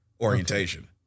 orientation